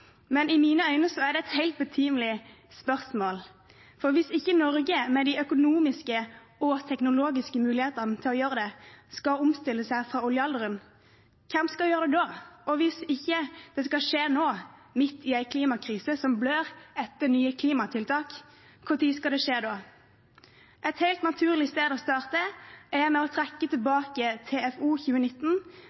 men i mine øyne er det et helt betimelig spørsmål. For hvis ikke Norge – med sine økonomiske og teknologiske muligheter til å gjøre det – skal omstille seg fra oljealderen, hvem skal da gjøre det? Og hvis det ikke skal skje nå – midt i en klimakrise som blør etter nye klimatiltak – når skal det da skje? Et helt naturlig sted å starte er å trekke tilbake utlysningen av TFO 2019,